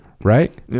Right